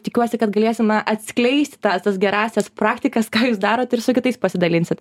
tikiuosi kad galėsim na atskleisti ta tas gerąsias praktikas ką jūs darot ir su kitais pasidalinsit